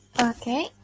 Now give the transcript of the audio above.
Okay